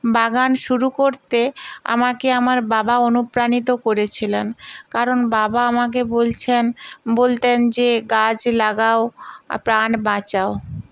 বাগান শুরু করতে আমাকে আমার বাবা অনুপ্রাণিত করেছিলেন কারণ বাবা আমাকে বলছেন বলতেন যে গাছ লাগাও প্রাণ বাঁচাও